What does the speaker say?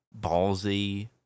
ballsy